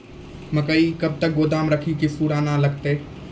मकई कब तक गोदाम राखि की सूड़ा न लगता?